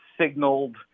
signaled